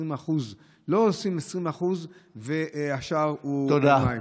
20%; לא שמים 20% והשאר מים.